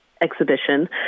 exhibition